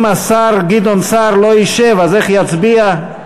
אם השר גדעון סער לא ישב, איך יצביע?